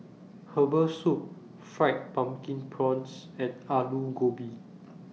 Herbal Soup Fried Pumpkin Prawns and Aloo Gobi